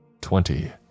Twenty